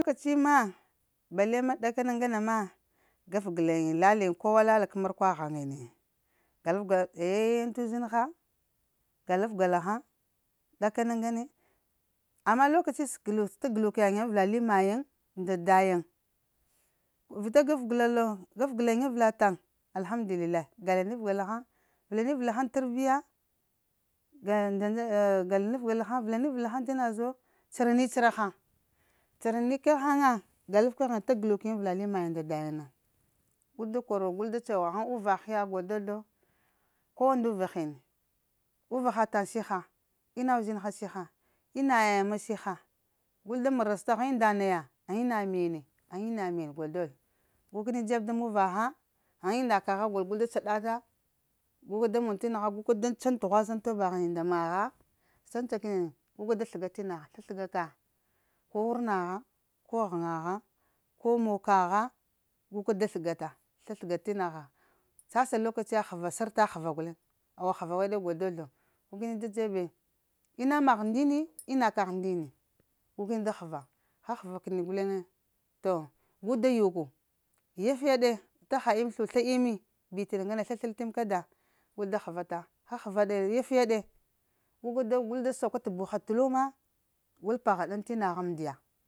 La kwaci ma bale mah da kana ŋgane mah, gaf gəla yiŋ lala kowa lala k'markwa haŋain galəf gala yaya yiŋ t'uzinha galf gala haŋ, ɗakana ŋgane ama lokaci sa ta galuk yayiŋ avəla li mayiŋ nda dayiŋ vita gaf gəla lo gaf gəla yiŋ avela taŋ. Alhamdulillahi gal lif gala haŋ, vəla ni vəla haŋ tarbiya gayiŋ ndza-ndza a ghala gəla nif gla həŋ vəla ni vəla hay t'ina zo tsəra ni tsəra haŋ tsəra ni kegh haŋ, galf na ta guluk yiŋ avəla li mayiŋ da dayiŋ na, gul da koro gul da cogho? Ghən uvaha huta gol dozlo kowa ndu vahini, uvaha tan siha ina uzinha siha ina yiŋ ma siha gul da marəsta? Ghən unda yiŋ naya? Ghəŋ ina mene,? Həŋ ina mene gol dozlo, gu kəni dzeb da mubaha? Həŋ unda kaha gol gul da tsaɗata, guka da mon tinaha guka da tsəŋ t'trughwaza ŋ toba ghiŋi nda maha, tsəŋ tsa kəni guka da sləga tina ha, sləsləga ka, ko wurna ha, ko ghəŋa ha, ko moka ha, guka da sləgata sləga ka tina ha sasa lokaciya ghəva, sərta ghəva guleŋ awa ghəva weɗe gol dozlo gu kəni da dzebe ina magh ndini, ina kagh ndini gu kəni da ghəva, ha ghəva kini guleŋe to gu da yuku, yaf yaɗe vita ha imma slusla immi bita im bit na ŋgane slaslal im kada gu da ghəvate haghəva ɗe yat ya ɗe guka da guda sakwa buha t'luma, gul paha ɗaŋ t'inagh daŋ mndiya,